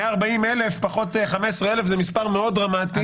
140,000 פחות 15,000 זה מספר מאוד דרמטי.